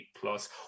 Plus